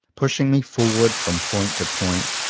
pushing me forward from point to point,